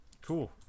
cool